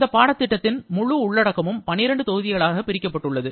இந்த பாடத்திட்டத்தின் முழு உள்ளடக்கமும் 12 தொகுதிகளாக பிரிக்கப்பட்டுள்ளது